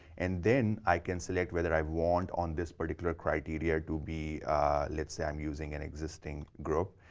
and then, i can select whether i want on this particular criteria to be let's say i'm using an existing group,